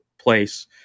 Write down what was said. place